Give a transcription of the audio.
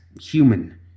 human